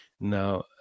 Now